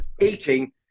eating